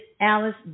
Alice